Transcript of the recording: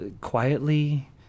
quietly